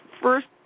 first